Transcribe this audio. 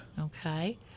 Okay